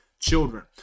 children